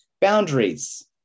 boundaries